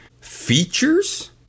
features